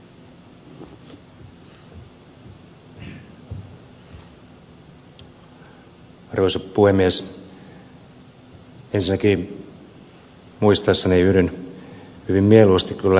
ensinnäkin muistaessani yhdyn hyvin mieluusti kyllä ed